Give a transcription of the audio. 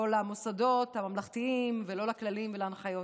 לא למוסדות הממלכתיים ולא לכללים ולהנחיות.